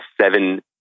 seven